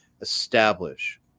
establish